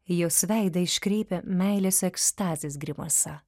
jos veidą iškreipia meilės ekstazės grimasa